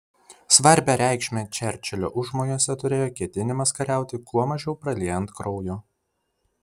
svarbią reikšmę čerčilio užmojuose turėjo ketinimas kariauti kuo mažiau praliejant kraujo